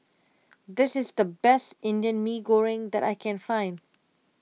this is the best Indian Mee Goreng that I can find